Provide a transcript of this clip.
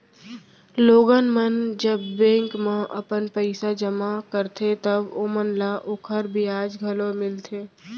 लोगन मन जब बेंक म अपन पइसा जमा करथे तव ओमन ल ओकर बियाज घलौ मिलथे